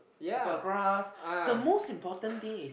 the grass the most important thing is